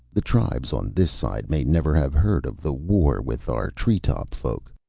the tribes on this side may never have heard of the war with our tree-top folk.